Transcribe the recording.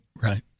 Right